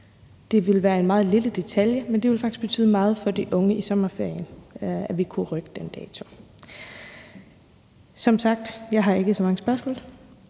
Det vil være en meget lille detalje, men det vil faktisk betyde meget for de unge i sommerferien, at vi kunne rykke den dato. Jeg har som sagt ikke så mange spørgsmål,